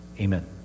Amen